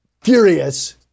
furious